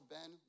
Ben